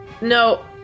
no